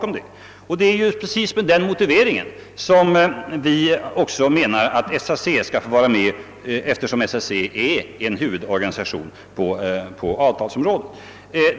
Och det är just med den motiveringen som vi menar att också SAC bör få vara med, eftersom SAC är en huvudorganisation på avtalsområdet.